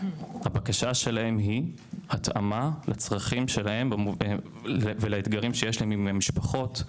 הבקשה שלהם היא התאמה לצרכים שלהם ולאתגרים שיש להם עם משפחות,